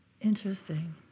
interesting